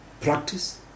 practice